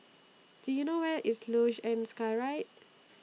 Do YOU know Where IS Luge and Skyride